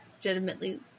legitimately